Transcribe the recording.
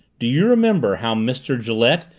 do you remember how mr. gillette,